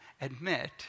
admit